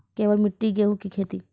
केवल मिट्टी गेहूँ की खेती?